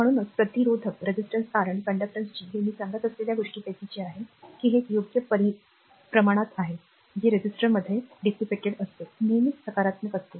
म्हणूनच प्रतिरोधक आर आणि कंडक्टन्स जी हे मी सांगत असलेल्या गोष्टींपैकीच आहे की ते एक योग्य प्रमाणात आहे जे रेझिस्टरमध्ये उधळलेले असते नेहमीच सकारात्मक असते